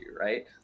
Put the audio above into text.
right